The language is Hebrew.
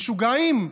משוגעים,